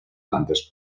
plantes